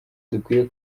dukwiye